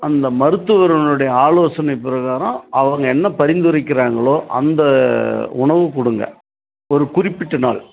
அந்த மருத்துவருனுடைய ஆலோசனை பிரகாரம் அவங்க என்ன பரிந்துரைக்கிறாங்களோ அந்த உணவு கொடுங்க ஒரு குறிப்பிட்ட நாள்